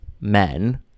men